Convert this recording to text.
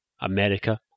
America